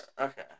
Okay